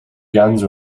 guns